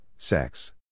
Sex